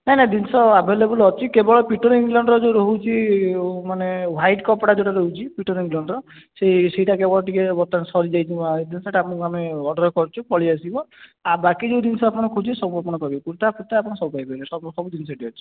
ନାହିଁ ନାହିଁ ଜିନିଷ ଆଭେଲେବଲ୍ ଅଛି କେବଳ ପୀଟର ଇଂଲଣ୍ଡର ଯେଉଁ ରହୁଛି ମାନେ ହ୍ଵାଇଟ୍ କପଡ଼ା ଯେଉଁଟା ରହୁଛି ପୀଟର ଇଂଲଣ୍ଡର ସେହି ସେଇଟା କେବଳ ଟିକିଏ ବର୍ତ୍ତମାନ ସରିଯାଇଛି ନୂଆ ଜିନିଷଟା ଆମେ ଅର୍ଡ଼ର କରିଛୁ ପଳାଇ ଆସିବ ବାକି ଯେଉଁ ଜିନିଷ ଆପଣ ଖୋଜିବେ ସବୁ ଆପଣ ପାଇବେ କୁର୍ତ୍ତା ଫୁର୍ତ୍ତା ଆପଣ ସବୁ ପାଇପାରିବେ ସବୁ ଜିନିଷ ଏଇଠି ଅଛି